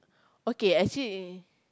okay actually